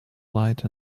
light